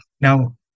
Now